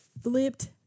flipped